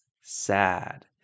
sad